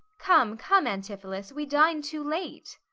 come, come, antipholus, we dine too late.